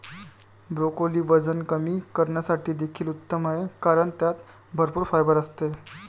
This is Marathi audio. ब्रोकोली वजन कमी करण्यासाठी देखील उत्तम आहे कारण त्यात भरपूर फायबर असते